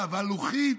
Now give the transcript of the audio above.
לא התנגדתי ללוחית.